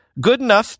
Goodenough